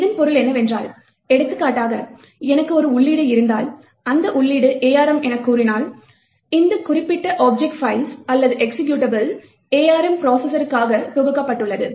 இதன் பொருள் என்னவென்றால் எடுத்துக்காட்டாக எனக்கு ஒரு உள்ளீடு இருந்தால் அந்த உள்ளீடு ARM எனக் கூறினால் இந்த குறிப்பிட்ட ஆப்ஜெக்ட் பைல்ஸ் அல்லது எக்சிகியூட்டபிள் ARM ப்ரோசஸ்சருக்காக தொகுக்கப்பட்டுள்ளது